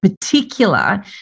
particular